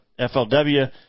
FLW